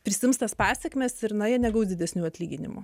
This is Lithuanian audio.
prisiims tas pasekmes ir na jie negaus didesnių atlyginimų